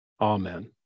Amen